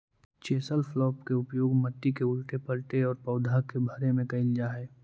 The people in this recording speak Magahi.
चेसल प्लॉफ् के उपयोग मट्टी के उलऽटे पलऽटे औउर पौधा के भरे में कईल जा हई